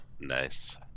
Nice